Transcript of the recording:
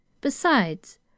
Besides